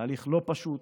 תהליך לא פשוט,